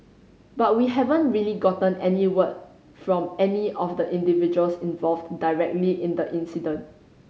but we haven't really gotten any word from any of the individuals involved directly in the incident